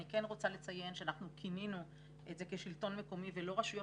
אני כן רוצה לציין שאנחנו כינינו את זה כשלטון מקומי ולא רשויות